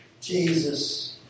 Jesus